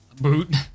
boot